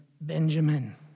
Benjamin